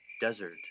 desert